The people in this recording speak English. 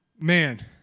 man